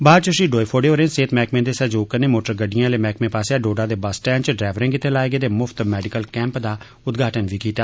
बाद च श्री डोएफोडे होरें सेहत मैह्कमें दे सहयोग कन्नै मोटर गड्डियें आहले मैहकमें पास्सेआ डोडा दे बस स्टैंड च ड्रैवरें गित्तै लाए गेदे मुफ्त मैडिकल कैम्प दा उद्घाटन कीता